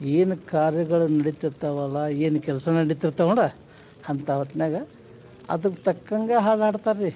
ಏನು ಕಾರ್ಯಗಳು ನಡೀತಿರ್ತಾವಲ್ಲ ಏನು ಕೆಲಸ ನಡೀತಿರ್ತಾವೆ ನೋಡಿ ಅಂಥ ಹೊತ್ನಾಗ ಅದ್ರ ತಕ್ಕಂಗೆ ಹಾಡು ಹಾಡ್ತಾರೆ ರೀ